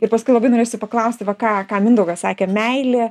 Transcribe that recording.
ir paskui labai norėjosi paklausti va ką ką mindaugas sakė meilė